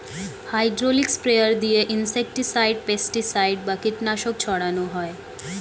hydraulic sprayer দিয়ে insecticide, pesticide বা কীটনাশক ছড়ান হয়